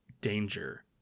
danger